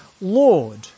Lord